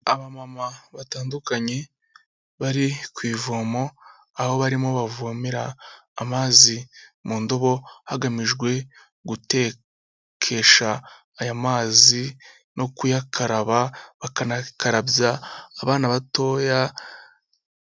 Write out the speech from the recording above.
Abamama batandukanye bari ku ivomo, aho barimo bavomera amazi mu ndobo hagamijwe gutekesha aya mazi no kuyakaraba, bakanakarabya abana batoya.